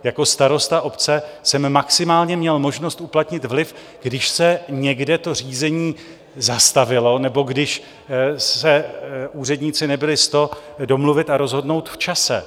Jako starosta obce jsem maximálně měl možnost uplatnit vliv, když se někde řízení zastavilo nebo když se úředníci nebyli s to domluvit a rozhodnout v čase.